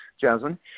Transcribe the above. Jasmine